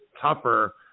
tougher